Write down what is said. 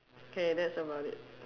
K that's about it